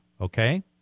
Okay